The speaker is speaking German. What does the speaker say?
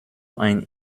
ein